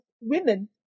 women